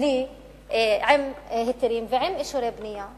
עם היתרים ועם אישורי בנייה.